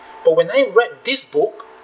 but when I read this book